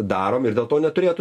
darom ir dėl to neturėtų